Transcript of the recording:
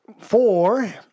four